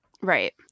Right